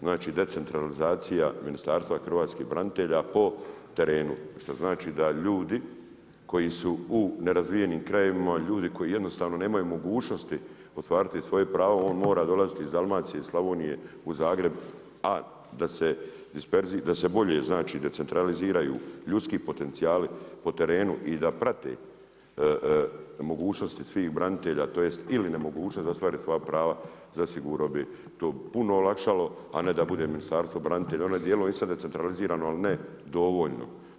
Znači decentralizacija Ministarstva hrvatskih branitelja po terenu što znači da ljudi koji su u nerazvijenim krajevima, ljudi koji jednostavno nemaju mogućnost ostvariti svoje pravo, on mora dolaziti iz Dalmacije, Slavonije u Zagreb a da se bolje znači decentraliziraju ljudski potencijali, po terenu i da prate mogućnosti svih branitelja tj. ili nemogućnosti da ostvare svoja prava, zasigurno bi to puno olakšalo a ne da bude Ministarstvo branitelja, u onom djelu je isto decentralizirano ali ne dovoljno.